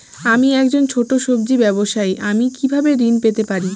আমি একজন ছোট সব্জি ব্যবসায়ী আমি কিভাবে ঋণ পেতে পারি?